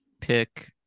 pick